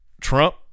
Trump